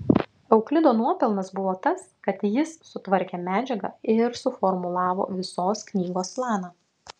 euklido nuopelnas buvo tas kad jis sutvarkė medžiagą ir suformulavo visos knygos planą